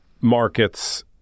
markets